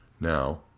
Now